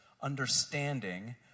understanding